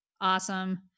Awesome